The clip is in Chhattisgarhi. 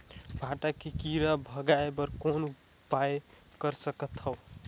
भांटा के कीरा भगाय बर कौन उपाय कर सकथव?